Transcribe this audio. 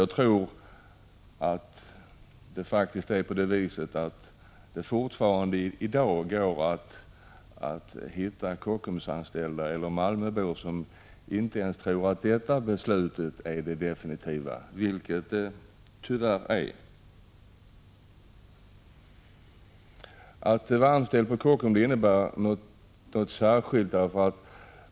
Jag tror därför att man t.o.m. i dag kan träffa på Kockumsanställda eller malmöbor som inte tror att ens detta beslut är det definitiva, vilket det tyvärr är. Att vara anställd på Kockums innebär någonting särskilt.